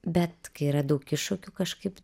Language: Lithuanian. bet yra daug iššūkių kažkaip